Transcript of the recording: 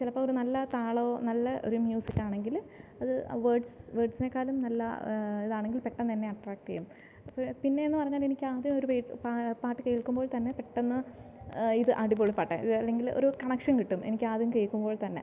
ചിലപ്പോൾ ഒരു നല്ല താളമോ നല്ല ഒരു മ്യൂസിക്കാണെങ്കിൽ അത് വേർഡ്സ് വേർഡ്സിനേക്കാളും നല്ല ഇതാണെങ്കിൽ പെട്ടെന്ന് തന്നെ അട്രാക്ട് ചെയ്യും പിന്നെ എന്ന് പറഞ്ഞു കഴിഞ്ഞാൽ എനിക്ക് ആകെ ഒരു പാട്ടു കേൾക്കുമ്പോൾ തന്നെ പെട്ടെന്ന് ഇത് അടിപൊളി പാട്ടാണ് ഇത് അല്ലെങ്കിൽ ഒരു കണക്ഷൻ കിട്ടും എനിക്ക് ആദ്യം കേൾക്കുമ്പോൾ തന്നെ